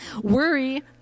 Worry